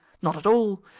not at all.